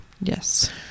yes